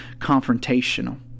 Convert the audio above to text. confrontational